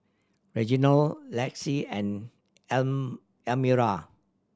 Reginald Lexi and Elmyra